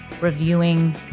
reviewing